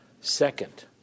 Second